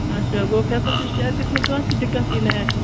آچھا گوٚو فٮ۪سَلٹی چھِ اَکہِ قٕسمہٕ کانٛہہ تہِ دِقعت ای نہٕ اَسہِ